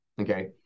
Okay